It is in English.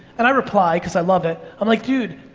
and i reply, cause i love it, i'm like, dude,